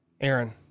Aaron